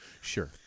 Sure